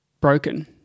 broken